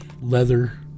leather